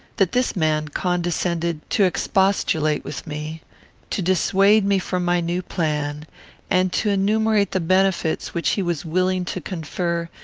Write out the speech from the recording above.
that this man condescended to expostulate with me to dissuade me from my new plan and to enumerate the benefits which he was willing to confer,